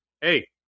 hey